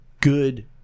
good